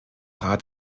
rat